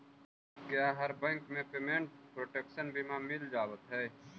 क्या हर बैंक में पेमेंट प्रोटेक्शन बीमा मिल जावत हई